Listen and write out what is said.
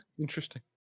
Interesting